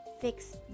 fix